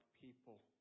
people